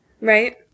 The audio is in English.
Right